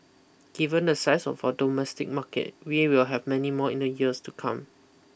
given the size of our domestic market we will have many more in the years to come